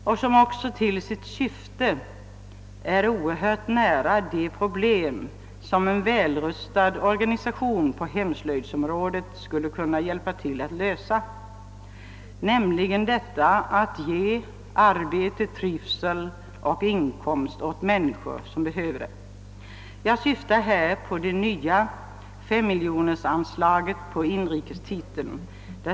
Man avser att lösa problem som ligger oerhört nära de problem som en välrustad organisation på hemslöjdsområdet skulle kunna hjälpa till att lösa, nämligen att ge arbete, trivsel och inkomst åt människor som behöver det. Jag syftar på det nya femmiljonersanslaget på inrikeshuvudtiteln.